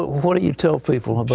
what do you tell people about